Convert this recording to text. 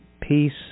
peace